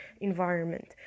environment